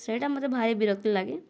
ସେଇଟା ମୋତେ ଭାରି ବିରକ୍ତି ଲାଗେ